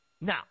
Now